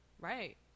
Right